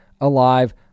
alive